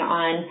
on